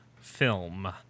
film